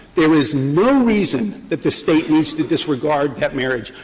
there is no reason that the state needs to disregard that marriage.